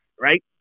right